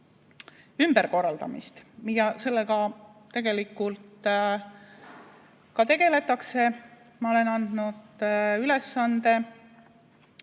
ümberkorraldamist ja sellega tegelikult ka tegeletakse. Ma olen andnud ülesande,